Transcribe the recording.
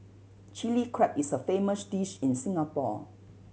Chilli Crab is a famous dish in Singapore